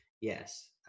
yes